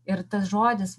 ir tas žodis